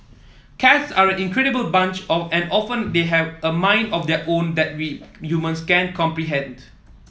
cats are an incredible bunch of and often they have a mind of their own that we humans can't comprehend